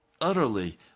Utterly